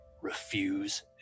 refuse